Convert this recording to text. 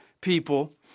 people